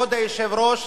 כבוד היושב-ראש,